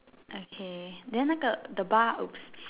okay then ago the bar ops